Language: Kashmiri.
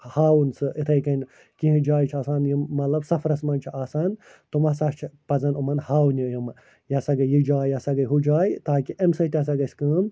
ہاوُن سُہ یِتھے کٔنۍ کیٚنٛہہ جایہِ چھِ آسان یِم مطلب سفرَس مَنٛز چھِ آسان تِم ہَسا چھِ پَزَن یِمَن ہاونہٕ یِم یہِ ہَسا گٔے یہِ جاے یہِ ہَسا گٔے ہُہ جاے تاکہِ اَمہِ سۭتۍ تہِ ہَسا گَژھہِ کٲم